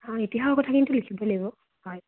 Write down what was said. অ' ইতিহাসৰ কথাখিনিতো লিখিবই লাগিব হয়